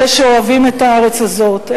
אלה שאוהבים את הארץ הזאת,